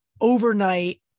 overnight